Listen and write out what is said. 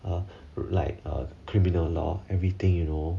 or like a criminal law everything you know